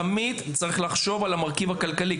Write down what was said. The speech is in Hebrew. תמיד צריך לחשוב על המרכיב הכלכלי.